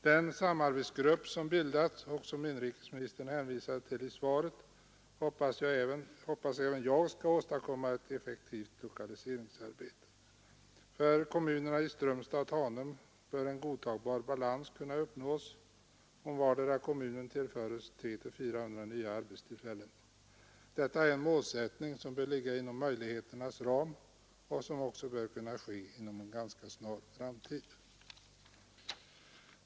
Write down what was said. Den samarbetsgrupp som bildats — och som inrikesministern hänvisade till i svaret — hoppas även jag skall åstadkomma ett effektivt lokaliseringsarbete. För Strömstads och Tanums kommuner bör en godtagbar balans kunna uppnås om vardera kommunen tillföres 300-400 nya arbetstillfällen. Detta är en målsättning som bör ligga inom möjligheternas ram och som också bör kunna nås inom en ganska snar framtid.